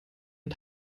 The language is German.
mit